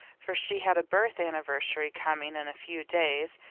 for she had a birth anniversary coming in a few days,